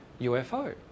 UFO